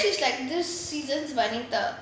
suresh is like this season's vanita